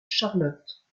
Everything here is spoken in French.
charlotte